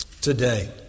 today